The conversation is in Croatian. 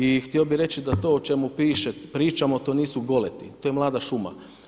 I htio bi reći da to o čemu piše pričamo, a to nisu goleti, to je mlada šuma.